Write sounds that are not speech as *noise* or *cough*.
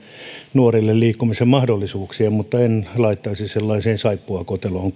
nuorille liikkumisenmahdollisuuksia mutta en kuitenkaan laittaisi sellaiseen saippuakoteloon *unintelligible*